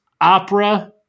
Opera